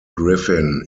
griffin